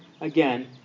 again